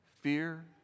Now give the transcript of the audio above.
fear